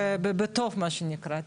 בטוב מה שנקרא.